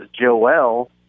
Joel